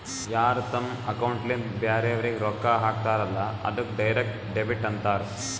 ಯಾರ್ ತಮ್ ಅಕೌಂಟ್ಲಿಂತ್ ಬ್ಯಾರೆವ್ರಿಗ್ ರೊಕ್ಕಾ ಹಾಕ್ತಾರಲ್ಲ ಅದ್ದುಕ್ ಡೈರೆಕ್ಟ್ ಡೆಬಿಟ್ ಅಂತಾರ್